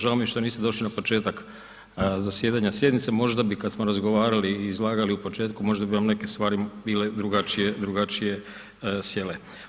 Žao mi je što niste došli na početak zasjedanja sjednice možda bi kad smo razgovarali i izlagali u početku, možda bi vam neke stvari bile drugačije, drugačije sjele.